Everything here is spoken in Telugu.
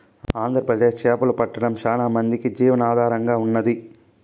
ఆంధ్రప్రదేశ్ చేపలు పట్టడం చానా మందికి జీవనాధారంగా ఉన్నాది